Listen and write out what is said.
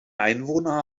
einwohner